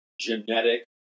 genetic